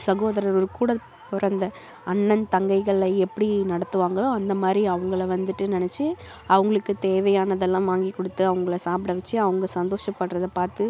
சகோதரர் ஒரு கூட பிறந்த அண்ணன் தங்கைகளை எப்படி நடத்துவாங்களோ அந்த மாதிரி அவங்கள வந்துட்டு நினச்சி அவங்களுக்கு தேவையானதெல்லாம் வாங்கி கொடுத்து அவங்கள சாப்பிட வச்சு அவங்க சந்தோஷப்படுறத பார்த்து